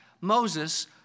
Moses